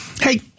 hey